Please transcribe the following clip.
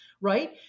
right